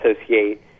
associate